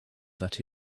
that